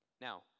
Now